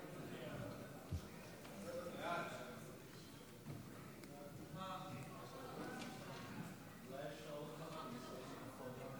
הודעת הממשלה על ביטול משרד ההסברה